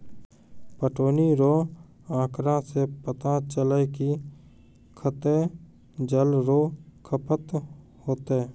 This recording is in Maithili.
पटौनी रो आँकड़ा से पता चलै कि कत्तै जल रो खपत होतै